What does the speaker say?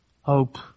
hope